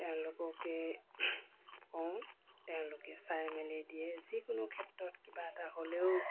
তেওঁলোককে কওঁ তেওঁলোকে চাই মেলি দিয়ে যিকোনো ক্ষেত্ৰত কিবা এটা হ'লেও